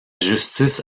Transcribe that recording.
justice